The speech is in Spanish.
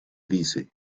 dice